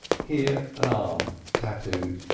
here an arm tattooed.